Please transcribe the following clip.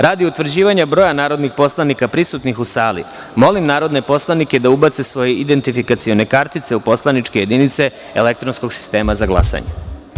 Radi utvrđivanja broja narodnih poslanika prisutnih u sali, molim narodne poslanike da ubace svoje identifikacione kartice u poslaničke jedinice elektronskog sistema za glasanje.